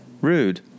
Rude